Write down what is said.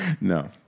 No